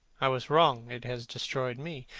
i was wrong. it has destroyed me.